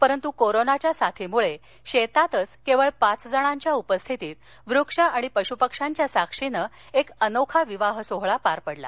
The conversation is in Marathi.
परंतू कोरोनाच्या साथीमूळशित्तितच कविळ पाचजणांच्या उपस्थितीत वृक्ष आणि पशू पक्ष्यांच्या साक्षीनं एक अनोखा विवाह सोहळा पार पडला